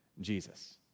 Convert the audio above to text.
Jesus